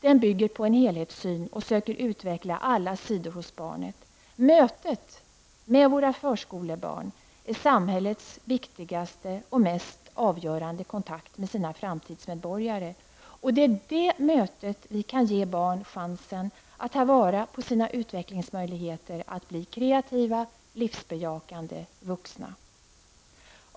Den bygger på en helhetssyn och söker utveckla alla sidor hos barnet. Mötet med våra förskolebarn är samhällets viktigaste och mest avgörande kontakt med sina framtidsmedborgare. Det är i det mötet vi kan ge barn chansen att ta vara på sina utvecklingsmöjligheter och bli kreativa, livsbejakande vuxna.